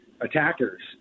attackers